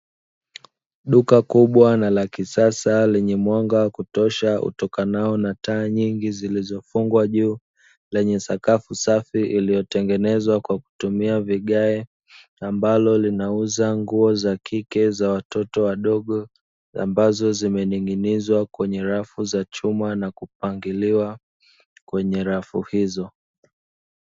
Duka kubwa na la kisasa lenye mwanga wa kutosha utokanao na taa nyingi zilizofungwa juu, lenye sakafu safi iliyotengenezwa kwa kutumia vigae ambalo linauza nguo za kike za watoto wadogo ambazo zimening'inizwa kwenye rafu za chuma na kupangiliwa mwenye rafu hizo.